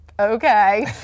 okay